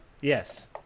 Yes